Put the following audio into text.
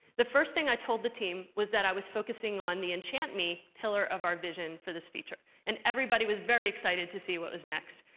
the first thing i told the team was that i was focusing on the enchant me pillar of our vision for this feature, and everybody was very excited to see what was next.